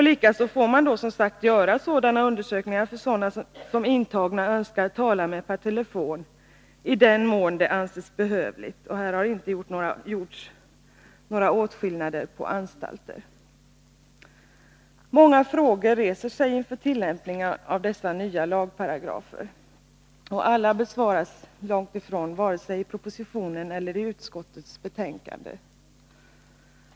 Likaså får man som sagt göra sådana undersökningar av personer som intagna önskar tala med per telefon, i den mån det anses behövligt. Och här har inte gjorts åtskillnad mellan olika slags anstalter. Många frågor reser sig inför tillämpningen av dessa nya lagparagrafer. Långtifrån alla besvaras vare sig i propositionen eller i utskottets betänkande.